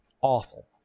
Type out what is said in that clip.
awful